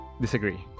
disagree